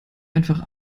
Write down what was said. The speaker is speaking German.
einfach